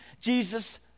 Jesus